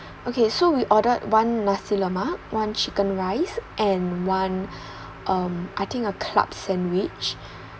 okay so we ordered one nasi lemak one chicken rice and one um I think a club sandwich